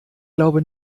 glaube